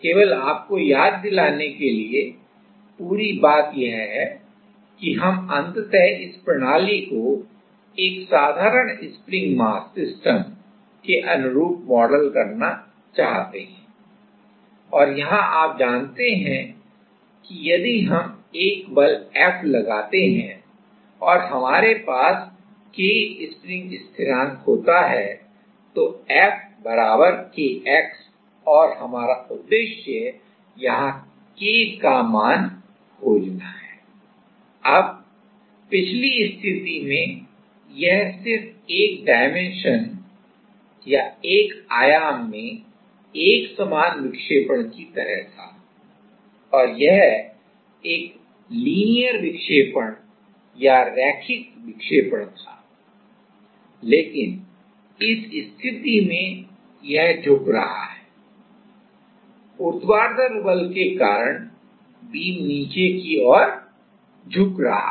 केवल आपको याद दिलाने के लिए पूरी बात यह है कि हम अंततः इस प्रणाली को एक साधारण स्प्रिंग मास सिस्टम के अनुरूप मॉडल करना चाहते हैं और यहां आप जानते हैं कि यदि हम एक बल F लगाते हैं और हमारे पास K स्प्रिंग स्थिरांक होता है तो F kx और हमारा उद्देश्य यहां k का मान खोजना है अब पिछली स्थिति में यह सिर्फ एक आयाम में एक समान विक्षेपण की तरह था और यह एक रैखिक विक्षेपण था लेकिन इस स्थिति में यह झुक रहा है ऊर्ध्वाधर बल के कारण बीम नीचे की ओर झुकेगा